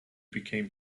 became